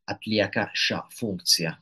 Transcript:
atlieka šią funkciją